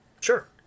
Sure